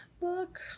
book